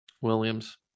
Williams